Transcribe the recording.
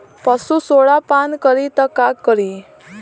पशु सोडा पान करी त का करी?